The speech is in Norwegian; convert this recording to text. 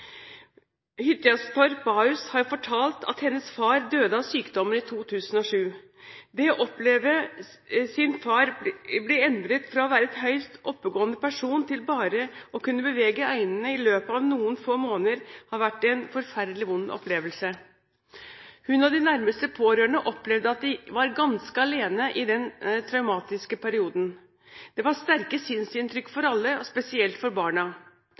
Mona Hytjanstorp Bahus har fortalt at hennes far døde av sykdommen i 2007. Det å oppleve sin far bli endret fra å være en høyst oppegående person til bare å kunne bevege øynene i løpet av noen få måneder har vært en forferdelig vond opplevelse. Hun og de nærmeste pårørende opplevde at de var ganske alene i denne traumatiske perioden. Det var sterke synsinntrykk for alle, spesielt for barna.